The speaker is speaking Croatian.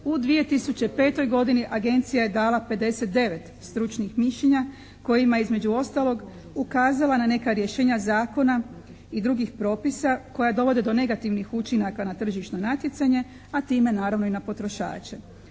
U 2005. godini agencija je dala 59 stručnih mišljenja kojima je između ostalog ukazala na neka rješenja zakona i drugih propisa koja dovode do negativnih učinaka na tržišno natjecanje, a time naravno i na potrošače.